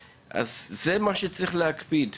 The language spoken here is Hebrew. אז זו בעיה וזה הדבר שצריך להקפיד עליו.